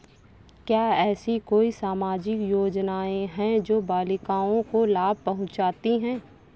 क्या ऐसी कोई सामाजिक योजनाएँ हैं जो बालिकाओं को लाभ पहुँचाती हैं?